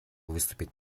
выступить